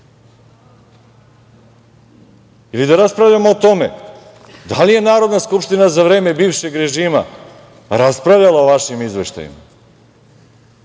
ili da raspravljamo o tome da li je Narodna skupština za vreme bivšeg režima raspravljala o vašim izveštajima.